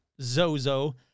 Zozo